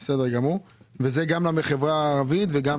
זה גם לחברה הערבית וגם